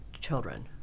children